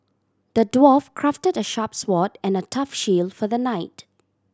the dwarf crafted a sharp sword and a tough shield for the knight